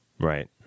Right